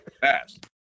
fast